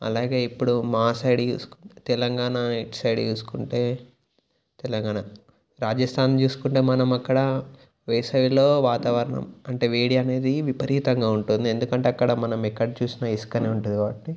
అలాగే ఇప్పుడు మా సైడ్ తీసుకుంటే తెలంగాణ ఇటు సైడ్ చూసుకుంటే తెలంగాణ రాజస్థాన్ చూసుకుంటే మనం అక్కడ వేసవిలో వాతావరణం అంటే వేడి అనేది విపరీతంగా ఉంటుంది ఎందుకు అంటే అక్కడ మనం ఎక్కడ చూసిన ఇసుకనే ఉంటుంది కాబట్టి